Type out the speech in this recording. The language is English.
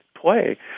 play